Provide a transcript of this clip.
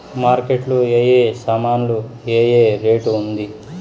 Market లో ఏ ఏ సామాన్లు ఏ ఏ రేటు ఉంది?